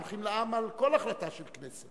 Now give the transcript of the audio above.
הולכים לעם על כל החלטה של הכנסת,